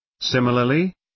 Similarly